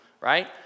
right